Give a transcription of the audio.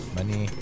Money